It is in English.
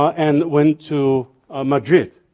and went to madrid,